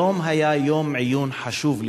היום היה יום עיון חשוב,